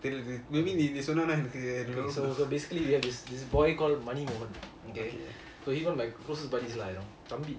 maybe நீ சொன்னாலே என்னக்கு:nee sonala ennaku